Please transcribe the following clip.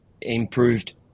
improved